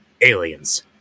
Aliens